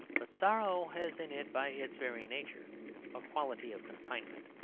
but sorrow has in it by its very nature a quality of confinement